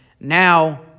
Now